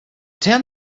tell